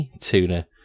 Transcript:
Tuna